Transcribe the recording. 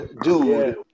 dude